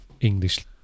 English